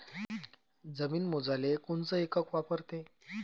जमीन मोजाले कोनचं एकक वापरते?